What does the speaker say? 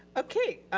okay,